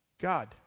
God